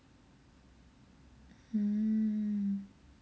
mm